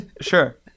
sure